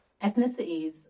ethnicities